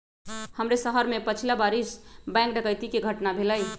हमरे शहर में पछिला बरिस बैंक डकैती कें घटना भेलइ